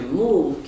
move